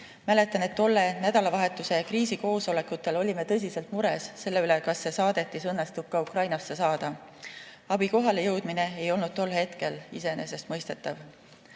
Mäletan, et tolle nädalavahetuse kriisikoosolekutel olime tõsiselt mures, kas see saadetis õnnestub ka Ukrainasse saada. Abi kohalejõudmine ei olnud tol hetkel iseenesestmõistetav.